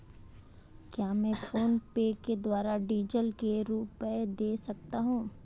क्या मैं फोनपे के द्वारा डीज़ल के रुपए दे सकता हूं?